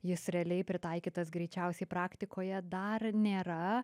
jis realiai pritaikytas greičiausiai praktikoje dar nėra